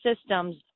systems